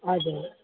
हजुर